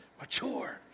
mature